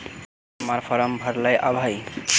हम्मर फारम भरे ला न आबेहय?